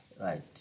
Right